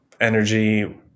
energy